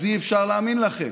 אז אי-אפשר להאמין לכם.